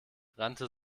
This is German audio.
rannte